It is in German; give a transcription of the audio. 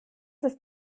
ist